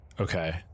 Okay